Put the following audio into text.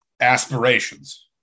aspirations